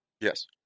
Yes